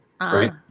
Right